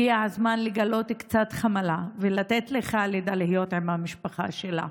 הגיע הזמן לגלות קצת חמלה ולתת לח'אלדה להיות עם המשפחה שלה.